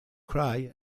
cray